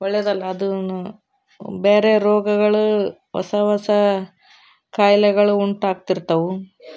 ಒಳ್ಳೆಯದಲ್ಲ ಅದೂ ಬೇರೆ ರೋಗಗಳು ಹೊಸ ಹೊಸ ಕಾಯಿಲೆಗಳು ಉಂಟಾಗ್ತಿರ್ತವೆ